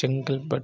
Chengalpattu